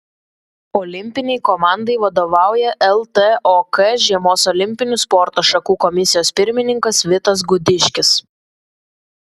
olimpinei komandai vadovauja ltok žiemos olimpinių sporto šakų komisijos pirmininkas vitas gudiškis